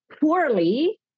poorly